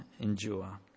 endure